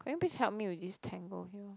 could you please help me with this tangle here